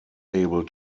able